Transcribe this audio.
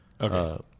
okay